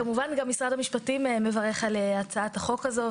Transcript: כמובן גם משרד המשפטים מברך על הצעת החוק הזאת.